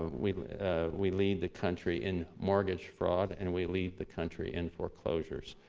we we lead the country in mortgage fraud, and we lead the country in foreclosures.